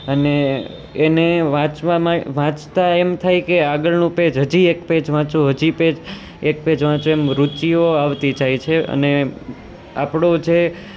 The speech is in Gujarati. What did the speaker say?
અને એને વાંચવામાં વાંચતા એમ થાય કે આગળનું પેજ હજી એક પેજ વાંચુ હજી પેજ એક વાંચુ એમ રૂચીઓ આવતી જાય છે અને આપણો જે